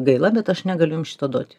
gaila bet aš negaliu jum šito duoti